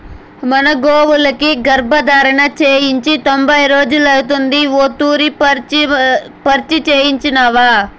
మన గోవులకి గర్భధారణ చేయించి తొంభై రోజులైతాంది ఓ తూరి పరీచ్ఛ చేయించినావా